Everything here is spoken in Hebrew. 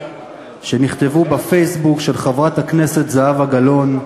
שנכתבו בפייסבוק בידי חברת הכנסת זהבה גלאון,